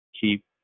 keep